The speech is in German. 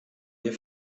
wir